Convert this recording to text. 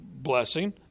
blessing